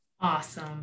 Awesome